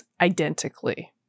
identically